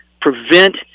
prevent